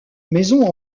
maison